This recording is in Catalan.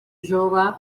jove